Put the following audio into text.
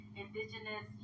indigenous